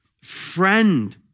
friend